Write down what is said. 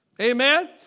Amen